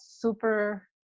super